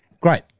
Great